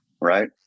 right